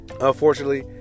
Unfortunately